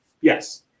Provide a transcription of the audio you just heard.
yes